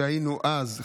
היינו אז,